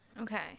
Okay